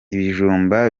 ibijumba